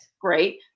Great